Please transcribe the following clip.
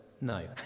no